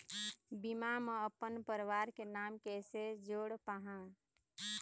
बीमा म अपन परवार के नाम कैसे जोड़ पाहां?